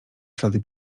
ślady